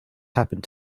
happened